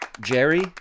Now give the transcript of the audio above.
Jerry